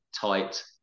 tight